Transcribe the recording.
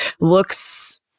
looks